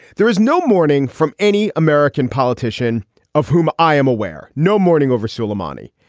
there is no mourning from any american politician of whom i am aware. no mourning over sulaimani,